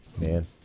man